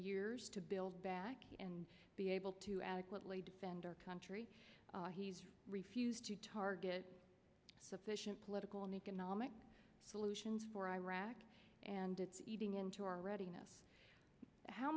years to build back and be able to adequately defend our country he's refused to target sufficient political and economic solutions for iraq and it's eating into our readiness how